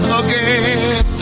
again